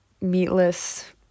meatless